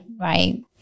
right